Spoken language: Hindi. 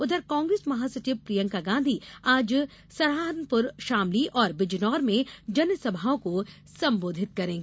उधर कांग्रेस महासचिव प्रियंका गांधी आज सहारनपुर शामली और बिजनौर में जनसभाओं को सम्बोधित करेंगी